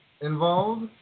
involved